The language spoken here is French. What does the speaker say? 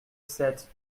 sept